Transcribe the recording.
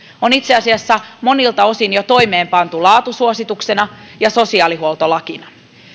on itse asiassa monilta osin jo toimeenpantu laatusuosituksena ja sosiaalihuoltolakina